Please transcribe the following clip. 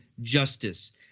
justice